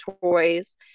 toys